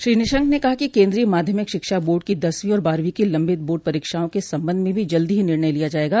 श्री निशंक ने कहा कि केन्द्रीय माध्यमिक शिक्षा बोर्ड की दसवीं और बारहवीं की लंबित बोर्ड परोक्षाओं के सबंध में भी जल्दी ही निर्णय लिया जाएगा